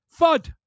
FUD